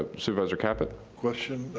ah supervisor caput? question.